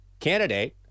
candidate